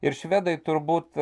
ir švedai turbūt